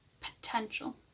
potential